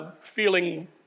feeling